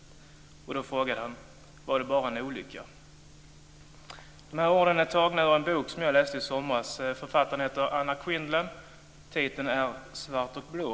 Och han frågade: Var det en olycka?" Dessa ord är tagna ur en bok som jag läste i somras. Författaren heter Anna Quindlen. Titeln är Svart och blå.